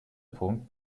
punkt